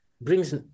brings